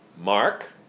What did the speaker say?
Mark